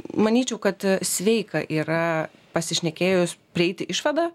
manyčiau kad sveika yra pasišnekėjus prieiti išvadą